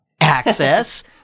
access